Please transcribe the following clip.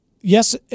Yes